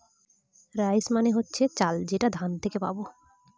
rice মানে হচ্ছে চাল যেটা ধান থেকে পাবো